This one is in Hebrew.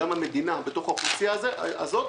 וגם המדינה בתוך האוכלוסייה הזאת,